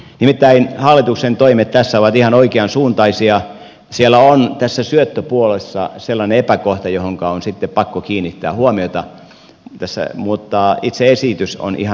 nimittäin hallituksen toimet tässä ovat ihan oikean suuntaisia siellä on tässä syöttöpuolessa sellainen epäkohta johonka on sitten pakko kiinnittää huomiota tässä mutta itse esitys on ihan hyvä